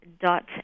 dot